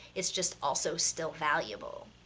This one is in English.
it's just also still valuable.